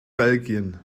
belgien